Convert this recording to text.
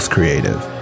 Creative